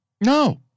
No